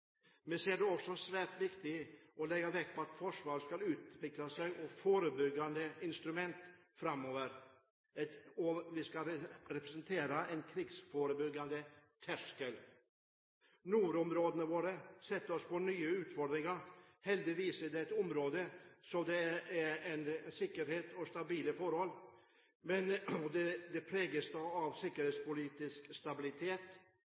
Vi ser det også som svært viktig å legge vekt på at Forsvaret skal utvikles som et forebyggende instrument framover. Det skal representere en krigsforebyggende terskel. Nordområdene våre stiller oss overfor nye utfordringer. Heldigvis er det et område med sikkerhet og stabile forhold. Det preges av politisk stabilitet,